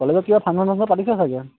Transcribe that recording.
কলেজত কিবা ফাংচন চাংচন পাতিছে চাগৈ